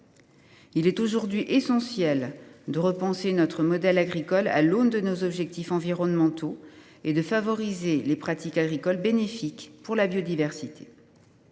Il est essentiel de repenser notre modèle agricole à l’aune de nos objectifs environnementaux et de favoriser les pratiques agricoles bénéfiques pour la biodiversité.